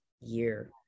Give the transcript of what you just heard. year